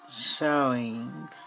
showing